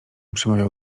przemawiał